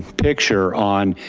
picture on,